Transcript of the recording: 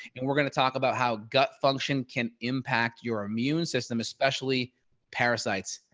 and we're going to talk about how gut function can impact your immune system, especially parasites.